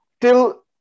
till